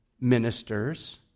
ministers